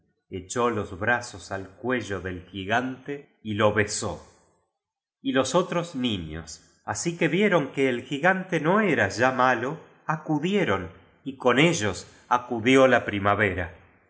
echó los brazos al cuello del gi gante y lo besó y los otros niños así que vieron que el gigante no era ya malo acudieron y con ellos acudió la primavera